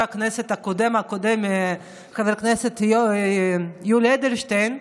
הכנסת הקודם הקודם חבר הכנסת יולי אדלשטיין,